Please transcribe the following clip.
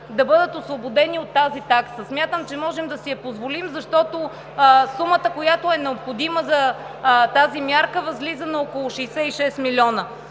да бъдат освободени от тази такса. Смятам, че можем да си го позволим, защото сумата, която е необходима за тази мярка, възлиза на около 66 милиона.